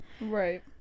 right